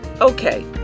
Okay